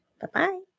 Bye-bye